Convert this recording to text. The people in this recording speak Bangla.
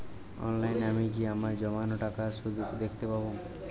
অনলাইনে আমি কি আমার জমানো টাকার সুদ দেখতে পবো?